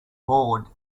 bored